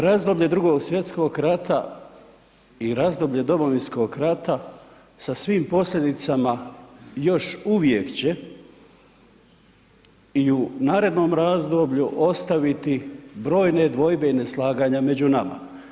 Razdoblje Drugog svjetskog rata i razdoblje Domovinskog rata sa svim posljedicama još uvijek će i u narednom razdoblju ostaviti brojne dvojbe i neslaganja među nama.